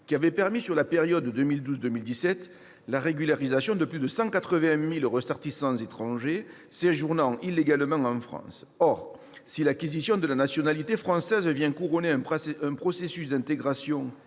qui avait permis, sur la période 2012 à 2017, la régularisation de plus de 180 000 ressortissants étrangers séjournant illégalement en France. Or, si l'acquisition de la nationalité française vient couronner un processus d'intégration